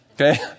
Okay